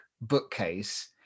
bookcase